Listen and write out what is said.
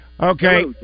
okay